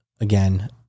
again